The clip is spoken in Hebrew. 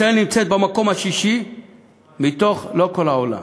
ישראל נמצאת במקום השישי מתוך, מתוך כל העולם.